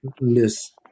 list